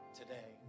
today